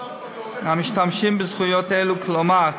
המשתמשים בזכויות אלה, כלומר,